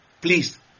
Please